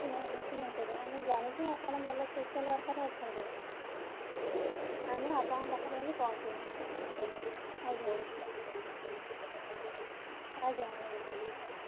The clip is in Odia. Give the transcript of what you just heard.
ନା ଆସୁନାହାନ୍ତି ଏବେ ଆମେ ଜାଣିଛୁ ଆପଣ ଭଲ ସୋସିଆଲ ୱାର୍କର ଅଛନ୍ତି ଆମେ ଆପଣଙ୍କ ପାଖରେ ଯାଇ ପହଞ୍ଚିବୁ ଆଜ୍ଞା ଆଜ୍ଞା ଆଜ୍ଞା